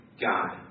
God